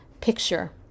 picture